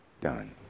done